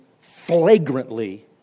flagrantly